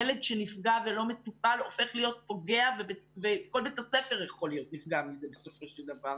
ילד שנפגע ולא מטופל הופך להיות פוגע ובסופו של דבר